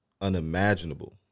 unimaginable